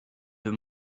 des